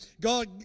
God